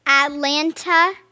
Atlanta